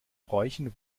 bräuchen